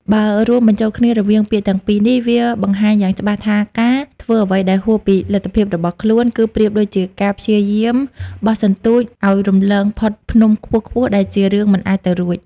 បើរួមបញ្ចូលគ្នារវាងពាក្យទាំងពីរនេះ វាបង្ហាញយ៉ាងច្បាស់ថាការធ្វើអ្វីដែលហួសពីលទ្ធភាពរបស់ខ្លួន គឺប្រៀបដូចជាការព្យាយាមបោះសន្ទូចឲ្យរំលងផុតភ្នំខ្ពស់ៗដែលជារឿងមិនអាចទៅរួច។